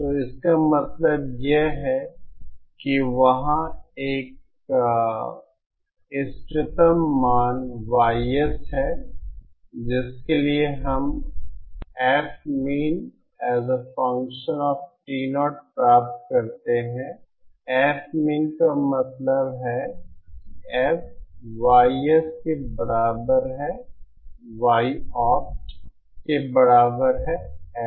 तो इसका मतलब यह है कि वहाँ का एक इष्टतम मान Ys है जिसके लिए हम Fmin प्राप्त करते हैं Fmin का मतलब है कि FYs के बराबर है Yopt के बराबर है Fmin